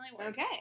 Okay